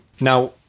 Now